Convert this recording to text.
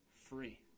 free